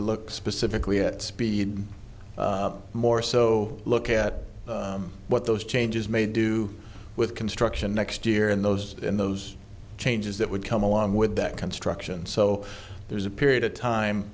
to look specifically at speed more so look at what those changes may do with construction next year in those in those changes that would come along with that construction so there's a period of time